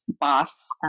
boss